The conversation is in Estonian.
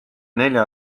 nelja